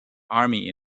army